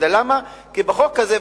כי בחוק הזה,